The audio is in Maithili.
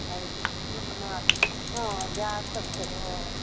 आओर ने हँ जाकट हइ